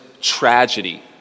tragedy